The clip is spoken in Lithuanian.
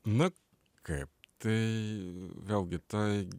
nu kaip tai vėlgi tai